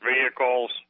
vehicles